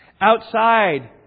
Outside